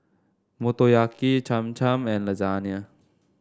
Motoyaki Cham Cham and Lasagne